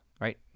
Right